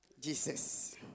Jesus